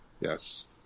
yes